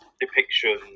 depiction